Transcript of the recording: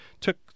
Took